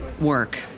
work